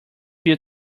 pill